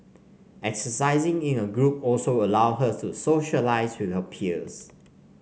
exercising in a group also allows her to socialise with her peers